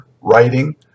writing